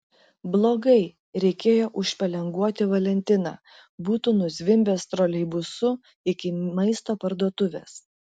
blogai reikėjo užpelenguoti valentiną būtų nuzvimbęs troleibusu iki maisto parduotuvės